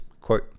quote